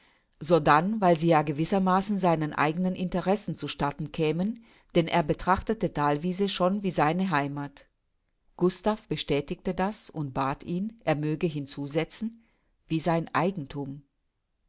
sodann weil sie ja gewissermaßen seinen eigenen interessen zu statten kämen denn er betrachte thalwiese schon wie seine heimath gustav bestätigte das und bat ihn er möge hinzusetzen wie sein eigenthum